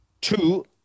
Two